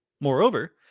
moreover